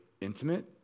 intimate